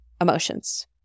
emotions